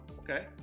Okay